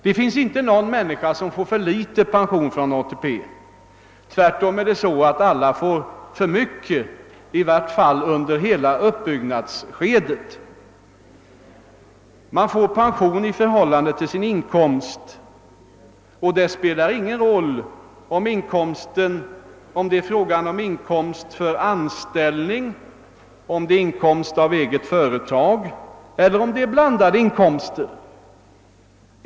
Det finns inte någon människa som får för låg pension från ATP — tvärtom får alla för mycket, i vart fall under hela uppbyggnadsskedet. Pension erhåller man i förhållande till den inkomst man haft. Det spelar ingen roll om det är inkomst från anställning, om det är inkomst från eget företag eller om det är blandade inkomster.